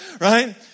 Right